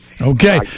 Okay